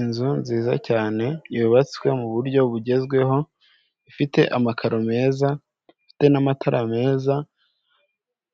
Inzu nziza cyane yubatswe mu buryo bugezweho, ifite amakaro meza, ifite n'amatara meza,